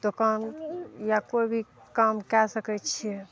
दोकान या कोइ भी काम कए सकय छियै